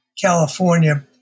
California